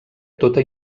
tota